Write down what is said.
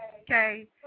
okay